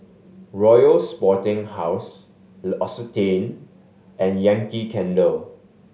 Royal Sporting House L'Occitane and Yankee Candle